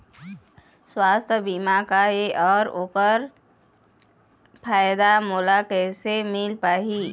सुवास्थ बीमा का ए अउ ओकर फायदा मोला कैसे मिल पाही?